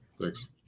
Thanks